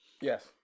Yes